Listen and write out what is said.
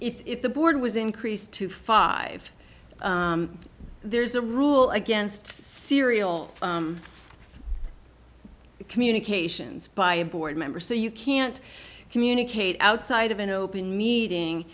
if the board was increased to five there's a rule against serial communications by a board member so you can't communicate outside of an open meeting